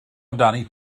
amdani